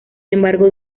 embargo